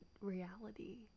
reality